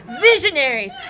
visionaries